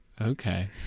Okay